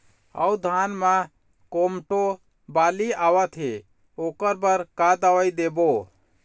अऊ धान म कोमटो बाली आवत हे ओकर बर का दवई देबो?